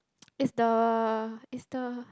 is the is the